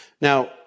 Now